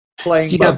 playing